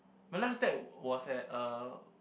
my last date was at uh